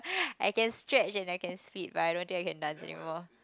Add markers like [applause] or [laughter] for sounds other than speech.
[breath] I can stretch and I can split but I don't think I can dance anymore